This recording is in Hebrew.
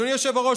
אדוני היושב-ראש,